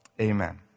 Amen